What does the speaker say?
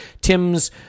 Tim's